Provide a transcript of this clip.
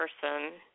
person